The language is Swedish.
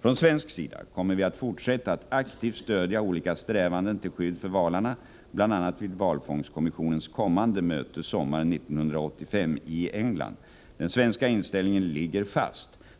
Från svensk sida kommer vi att fortsätta att aktivt stödja olika strävanden till skydd för valarna, bl.a. vid valfångstkommissionens kommande möte sommaren 1985 i England. Den svenska inställningen ligger fast.